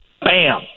Bam